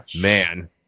man